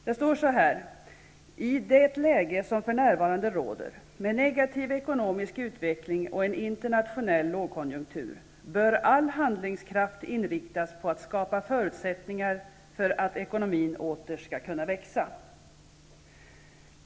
Det står så här: ''I det läge som för närvarande råder med negativ ekonomisk utveckling och en internationell lågkonjunktur bör all handlingskraft inriktas på att skapa förutsättningar för att ekonomin åter skall kunna växa.''